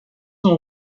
son